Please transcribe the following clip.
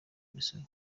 imisoro